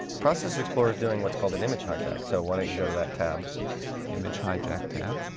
process explorer is doing what's called an image hijack. so why don't you go to that tab image? hijack tab?